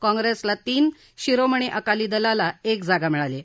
काँप्रेसला तीन आणि शिरोमणी अकाली दलाला एक जागा मिळाली आहे